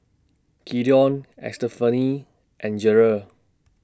Gideon Estefany and Gerard